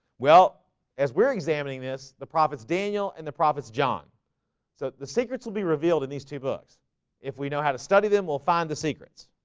well as we're examining this the prophets daniel and the prophets john so the secrets will be revealed in these two books if we know how to study them. we'll find the secrets